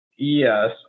Yes